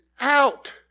out